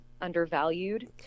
undervalued